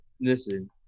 listen